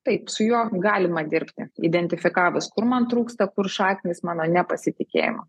taip su juo galima dirbti identifikavus kur man trūksta kur šaknys mano nepasitikėjimo